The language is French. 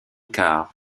car